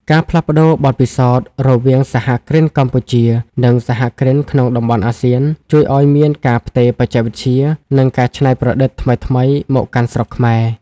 ការផ្លាស់ប្តូរបទពិសោធន៍រវាងសហគ្រិនកម្ពុជា និងសហគ្រិនក្នុងតំបន់អាស៊ាន ជួយឱ្យមានការផ្ទេរបច្ចេកវិទ្យា និងការច្នៃប្រឌិតថ្មីៗមកកាន់ស្រុកខ្មែរ។